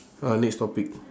uh next topic